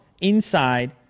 inside